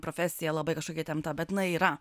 profesija labai kažkokia įtempta bet jinai yra